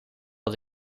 dat